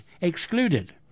excluded